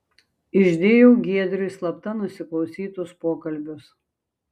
išdėjau giedriui slapta nusiklausytus pokalbius